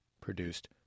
produced